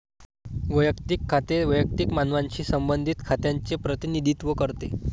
वैयक्तिक खाते वैयक्तिक मानवांशी संबंधित खात्यांचे प्रतिनिधित्व करते